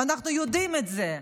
ואנחנו יודעים את זה,